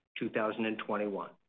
2021